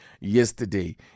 yesterday